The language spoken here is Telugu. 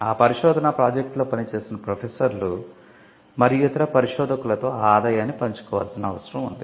ఆ పరిశోధనా ప్రాజెక్టులలో పనిచేసిన ప్రొఫెసర్లు మరియు ఇతర పరిశోధకులతో ఆ ఆదాయాన్ని పంచుకోవాల్సిన అవసరం ఉంది